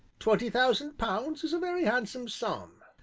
twenty thousand pounds is a very handsome sum,